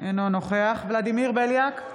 אינו נוכח ולדימיר בליאק,